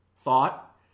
thought